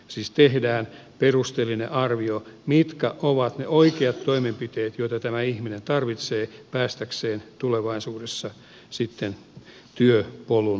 siis tehdään perusteellinen arvio mitkä ovat ne oikeat toimenpiteet joita tämä ihminen tarvitsee päästäkseen tulevaisuudessa sitten työpolun päähän